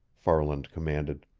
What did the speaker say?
farland commanded.